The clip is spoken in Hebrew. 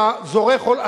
אתה זורה חול,